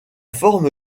forme